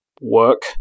work